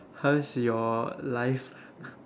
how's your life